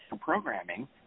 programming